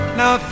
now